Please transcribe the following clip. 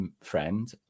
friend